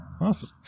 awesome